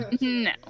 no